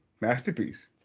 masterpiece